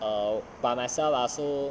err by myself ah so